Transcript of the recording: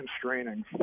constraining